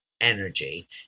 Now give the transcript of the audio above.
energy